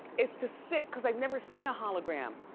is to sit cause i've never seen a hologram.